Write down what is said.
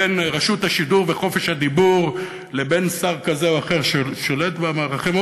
בין רשות השידור וחופש הדיבור לבין שר כזה או אחר ששולט במערכים.